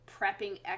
prepping